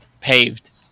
paved